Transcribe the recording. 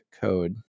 code